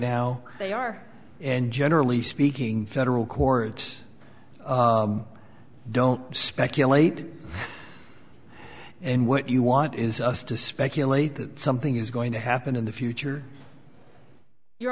now they are and generally speaking federal courts don't speculate and what you want is us to speculate that something is going to happen in the future you